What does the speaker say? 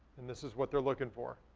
and this is what they're looking for.